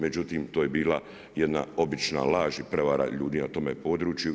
Međutim, to je bila jedna obična laž i prijevara ljudi na tome području.